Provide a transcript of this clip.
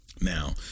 Now